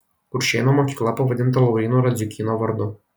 kuršėnų mokykla pavadinta lauryno radziukyno vardu